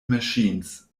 machines